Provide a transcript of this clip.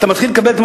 אתה מתחיל לקבל רק